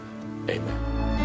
Amen